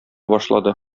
башлады